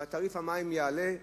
תעריף המים יעלה,